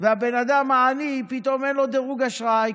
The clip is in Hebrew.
ולבן האדם העני פתאום אין דירוג אשראי,